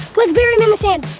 let's bury him in the sand.